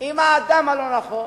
עם האדם הלא-נכון,